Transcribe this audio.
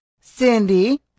Cindy